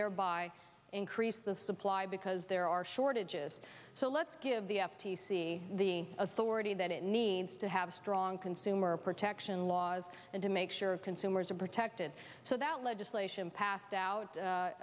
thereby increase the supply because there are shortages so let's give the f t c the authority that it needs to have strong consumer protection laws and to make sure consumers are protected so that legislation passed out u